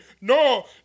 no